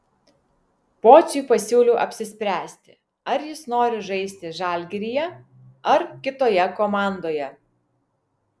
pociui pasiūliau apsispręsti ar jis nori žaisti žalgiryje ar kitoje komandoje